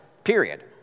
Period